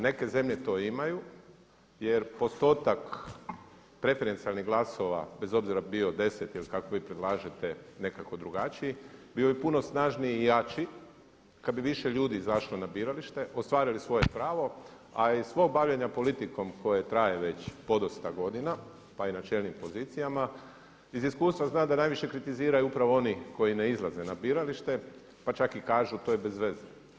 Neke zemlje to imaju jer postotak preferencijalnih glasova bez obzira bio 10 ili kako vi predlažete nekako drugačiji, bio bi puno snažniji i jači kad bi više ljudi izašlo na biralište, ostvarili svoje pravo a iz svo bavljenje politikom koje traje već podosta godina pa i na čelnim pozicijama iz iskustva znam da najviše kritiziraju upravo oni koji ne izlaze na biralište pa čak i kažu to je bezveze.